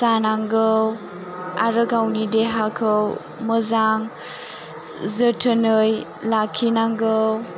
जानांगौ आरो गावनि देहाखौ मोजां जोथोनै लाखिनांगौ